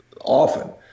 Often